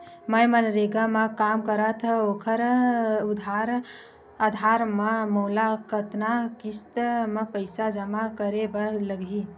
मैं मनरेगा म काम करथव, ओखर आधार म मोला कतना किस्त म पईसा जमा करे बर लगही?